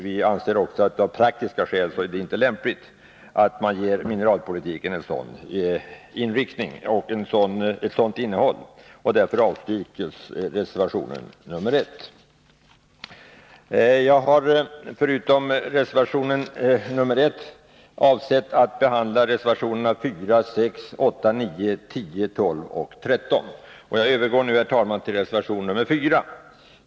Vi anser också att det av praktiska skäl inte är lämpligt att man ger mineralpolitiken en sådan inriktning. Därför avstyrks reservation 1. Förutom reservation 1 har jag avsett att behandla reservationerna 4, 6, 8, 9,10, 12 och 13, och jag övergår nu, herr talman, till reservation 4.